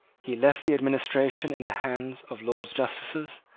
he left the administration in the hands of lords justices,